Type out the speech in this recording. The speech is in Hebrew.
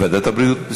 ועדת הבריאות.